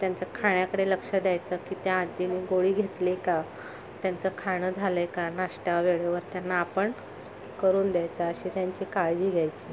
त्यांचं खाण्याकडे लक्ष द्यायचं की त्या आधी गोळी घेतली आहे का त्यांचं खाणं झालं आहे का नाष्टा वेळेवर त्यांना आपण करून द्यायचा अशी त्यांची काळजी घ्यायची